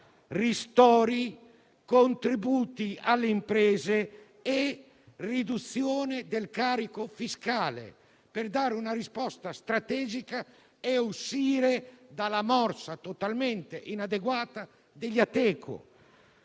ristori, contributi alle imprese e riduzione del carico fiscale, per dare una risposta strategica e uscire dalla morsa totalmente inadeguata degli Ateco.